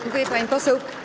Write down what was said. Dziękuję, pani poseł.